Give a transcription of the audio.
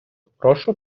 прошу